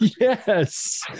yes